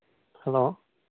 hello